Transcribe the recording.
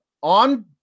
on